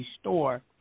store